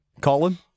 Colin